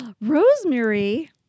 Rosemary